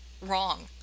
wrong